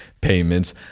payments